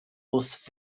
wrth